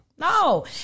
No